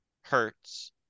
hurts